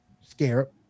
scarab